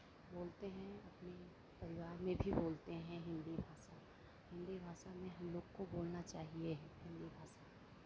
बोलते हैं अपने परिवार में भी बोलते हैं हिन्दी भाषा हिन्दी भाषा में हम लोग को बोलना चाहिए हिन्दी भाषा